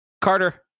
Carter